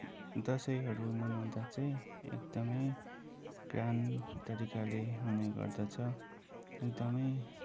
दसैँहरू मनाउँदा चाहिँ एकदमै ग्रान्ड तरिकाले हुने गर्दछ एकदमै